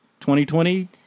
2020